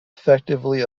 effectively